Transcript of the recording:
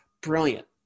Brilliant